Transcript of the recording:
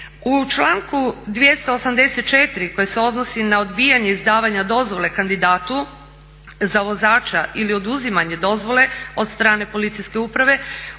U članku 284. koji se odnosi na odbijanje izdavanje dozvole kandidatu za vozača ili oduzimanje dozvole od strane policijske uprave